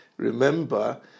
Remember